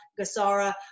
Gasara